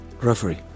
Referee